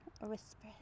Whisper